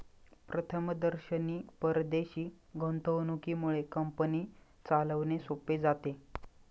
प्रथमदर्शनी परदेशी गुंतवणुकीमुळे कंपनी चालवणे सोपे जाते